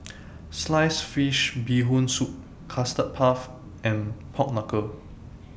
Sliced Fish Bee Hoon Soup Custard Puff and Pork Knuckle